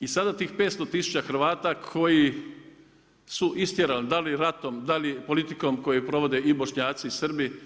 I sada tih 500 tisuća Hrvata koji su istjerani da li ratom, da li politikom koju provode i Bošnjaci i Srbi